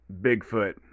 Bigfoot